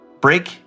Break